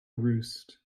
roost